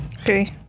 Okay